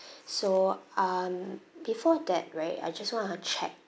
so um before that right I just want to check